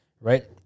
right